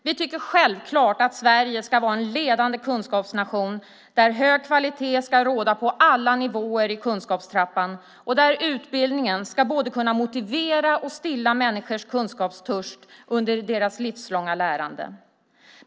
Vi tycker självklart att Sverige ska vara en ledande kunskapsnation där hög kvalitet ska råda på alla nivåer i kunskapstrappan och där utbildningen ska kunna både motivera och stilla människors kunskapstörst under deras livslånga lärande.